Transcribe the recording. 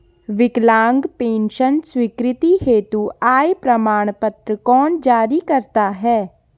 विकलांग पेंशन स्वीकृति हेतु आय प्रमाण पत्र कौन जारी करता है?